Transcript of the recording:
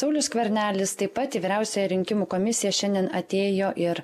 saulius skvernelis taip pat į vyriausiąją rinkimų komisiją šiandien atėjo ir